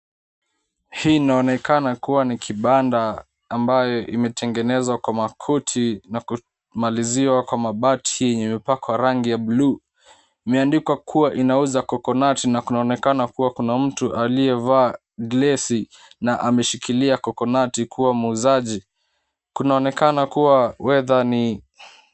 Hii inaonekana kuwa ni kibanda ambayo imetengenezwa kwa makuti na kumaliziwa kwa mabati yenye imepakwa ya rangi ya buluu. Imeandikwa kuwa inauza coconut na kunaonekana kuwa kuna mtu aliyevaa glasi na ameshikilia coconut kuwa muuzaji. Kunaonekana kuwa weather ni...